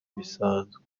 bisanzwe